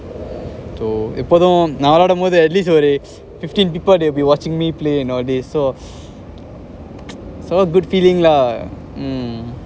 எப்போதும் நா விளாடும் போது:eppothum na viladum pothu atleast ஒரு:oru fifteen people they'll be watching me play you know they so so good feeling lah mm